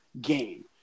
game